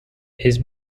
his